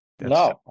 No